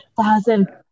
thousand